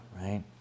right